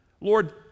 Lord